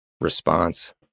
response